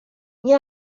این